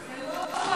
זה לא הוא אמר.